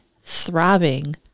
throbbing